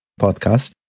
podcast